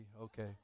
okay